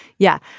yeah.